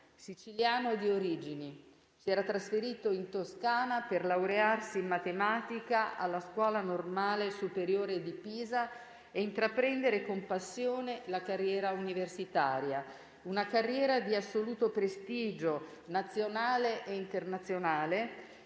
Siciliano di origini, si era trasferito in Toscana per laurearsi in matematica alla «Scuola normale superiore» di Pisa e intraprendere con passione la carriera universitaria; una carriera di assoluto prestigio, nazionale e internazionale,